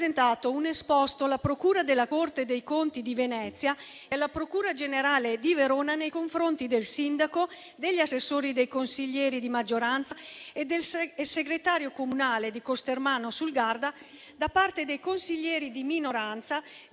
un esposto alla procura della Corte dei conti di Venezia e alla procura generale di Verona nei confronti del sindaco, degli assessori, dei consiglieri di maggioranza e del segretario comunale di Costermano sul Garda da parte dei consiglieri di minoranza,